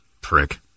prick